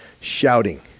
shouting